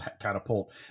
catapult